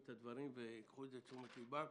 את הדברים וייקחו את זה לתשומת ליבם.